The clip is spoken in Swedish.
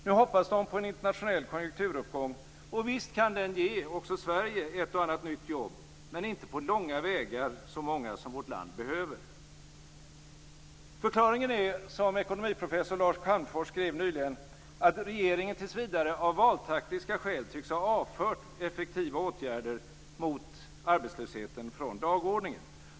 Nu hoppas de på en internationell konjunkturuppgång. Och visst kan den ge också Sverige ett och annat nytt jobb, men inte på långa vägar så många som vårt land behöver. Förklaringen är - som ekonomiprofessor Lars Calmfors skrev nyligen - att regeringen tills vidare av valtaktiska skäl tycks ha avfört effektiva åtgärder mot arbetslösheten från dagordningen.